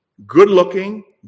Good-looking